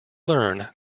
learn